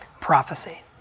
prophecy